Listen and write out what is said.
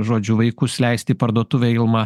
žodžiu vaikus leisti į parduotuvę ilma